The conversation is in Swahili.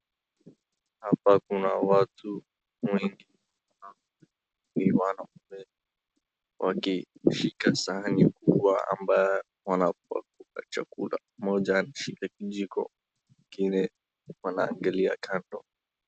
Hapa kuna watu wengi ni wanaume wakishika sahani kubwa ambayo wanapakua chakula. Mmoja anashika kijiko, mwingine ako anaangalia kando.